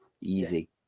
easy